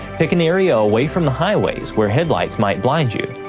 pick an area away from highways where headlights might blind you,